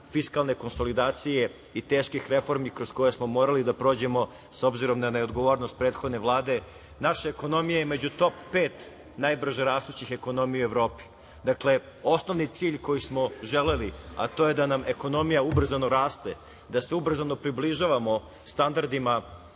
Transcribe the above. fiskalne konsolidacije i teških reformi kroz koje smo morali da prođemo s obzirom na neodgovornost prethodne vlade, naša ekonomija je među top pet najbrže rastućih ekonomija u Evropi. Osnovni cilj koji smo želeli, a to je da nam ekonomija ubrzano raste, da se ubrzano približavamo standardima